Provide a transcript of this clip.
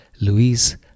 Louise